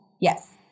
Yes